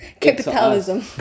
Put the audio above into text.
Capitalism